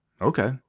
Okay